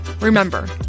Remember